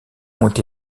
ont